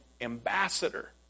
ambassador